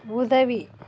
உதவி